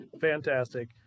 Fantastic